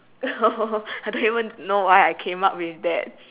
I don't even know why I came out with that